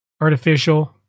Artificial